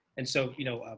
and so you know,